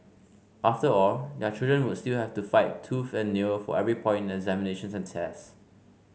after all their children would still have to fight tooth and nail for every point examinations and tests